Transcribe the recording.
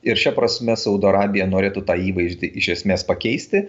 ir šia prasme saudo arabija norėtų tą įvaizdį iš esmės pakeisti